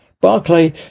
Barclay